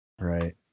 right